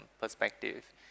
perspective